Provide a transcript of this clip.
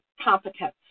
competence